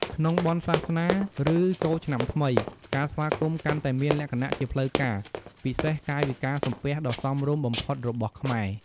ក្នុងបុណ្យសាសនា ឬចូលឆ្នាំថ្មី ការស្វាគមន៍កាន់តែមានលក្ខណៈជាផ្លូវការ ពិសេសកាយវិការសំពះដ៏សមរម្យបំផុតរបស់ខ្មែរ។